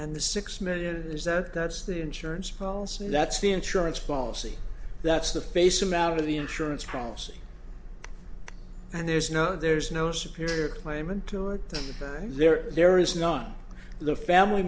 and the six million is that that's the insurance policy that's the insurance policy that's the face amount of the insurance policy and there's no there's no superior claimant to it there there is none of the family